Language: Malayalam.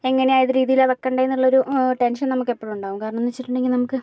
എങ്ങനെയാണ് ഏത് രീതിയിലാണ് വെക്കണ്ടതെന്നുള്ളൊരു ടെൻഷൻ നമുക്കെപ്പോഴും ഉണ്ടാകും കാരണമെന്നു വെച്ചിട്ടുണ്ടെങ്കിൽ നമുക്ക്